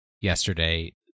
yesterday